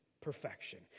perfection